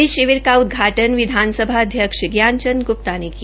इस शिविर का उदघाटन विधानसभा अध्यक्ष ज्ञान चंद ग्प्ता ने किया